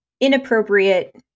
inappropriate